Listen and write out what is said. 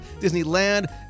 Disneyland